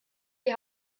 die